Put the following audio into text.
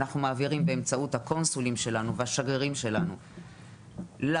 אנחנו מעבירים באמצעות הקונסולים שלנו והשגרירים שלנו לגורמים